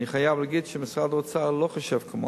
אני חייב להגיד שמשרד האוצר לא חושב כמוני,